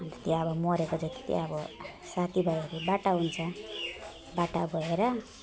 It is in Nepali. त्यहाँबाट मरेको जति चाहिँ अब साथीभाइहरूबाट हुन्छ बाटा भएर